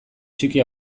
txiki